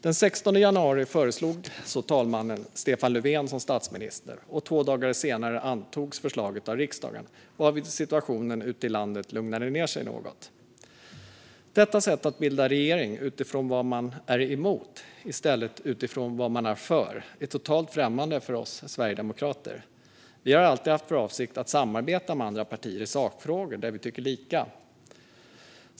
Den 16 januari föreslog så talmannen Stefan Löfven som statsminister, och två dagar senare antogs förslaget av riksdagen, varvid situationen ute i landet lugnade ned sig något. Detta sätt att bilda regering, utifrån vad man är emot i stället för utifrån vad man är för, är totalt främmande för oss sverigedemokrater. Vi har alltid haft för avsikt att samarbeta med andra partier i sakfrågor där vi tycker lika.